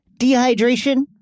dehydration